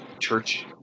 church